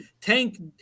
Tank